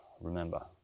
remember